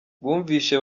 bumvise